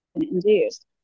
induced